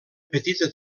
petita